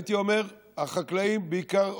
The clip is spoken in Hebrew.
הייתי אומר שהחקלאים בעיקר,